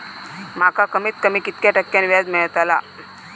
माका कमीत कमी कितक्या टक्क्यान व्याज मेलतला?